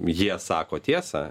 jie sako tiesą